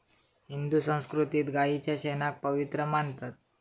हिंदू संस्कृतीत गायीच्या शेणाक पवित्र मानतत